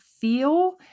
feel